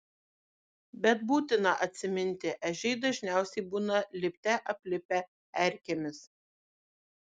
bet būtina atsiminti ežiai dažniausiai būna lipte aplipę erkėmis